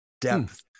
depth